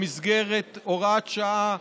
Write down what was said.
במסגרת הוראת שעה,